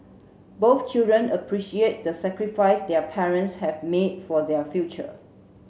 both children appreciate the sacrifice their parents have made for their future